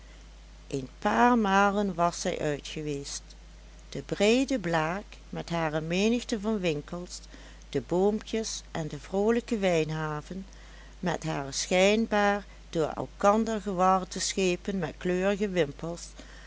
een paar malen was zij uitgeweest de breede blaak met hare menigte van winkels de boompjes en de vroolijke wijnhaven met hare schijnbaar door elkander gewarde schepen met kleurige wimpels